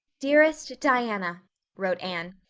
dearest diana wrote anne,